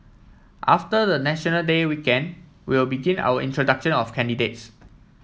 after the National Day weekend we will begin our introduction of candidates